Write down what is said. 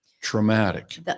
traumatic